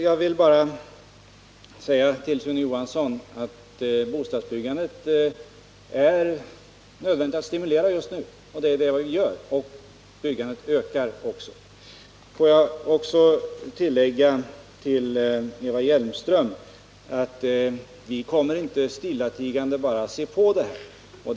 Jag vill bara säga till Sune Johansson att det är nödvändigt att stimulera bostadsbyggandet just nu, och det är vad vi gör. Byggandet ökar också. Får jag tillägga, med anledning av vad Eva Hjelmström sade, att vi inte kommer att bara stillatigande se på utvecklingen.